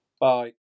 bye